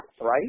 right